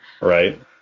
Right